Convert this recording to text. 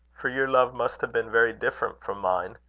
for your love must have been very different from mine.